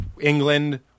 England